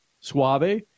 Suave